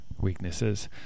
weaknesses